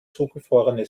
zugefrorene